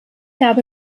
gab